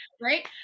Right